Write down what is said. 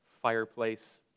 fireplace